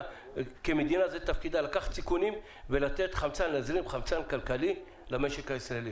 זה תפקיד המדינה לקחת סיכונים ולהזרים חמצן כלכלי למשק הישראלי.